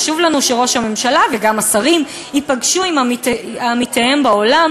חשוב לנו שראש הממשלה וגם השרים ייפגשו עם עמיתיהם בעולם,